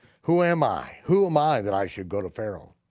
who am i, who am i that i should go to pharaoh?